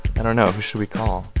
but know. who should we call?